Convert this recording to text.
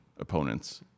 opponents